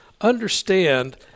understand